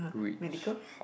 medical